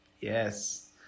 Yes